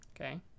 okay